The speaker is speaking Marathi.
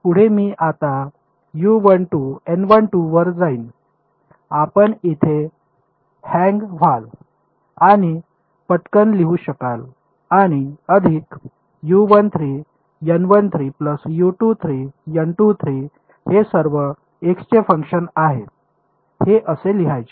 पुढे मी आता वर जाईन आपण तिथे हँग व्हाल आणि पटकन लिहू शकाल आणि अधिक हे सर्व एक्सचे फंक्शन आहे हे असे लिहायचे